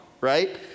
right